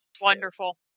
wonderful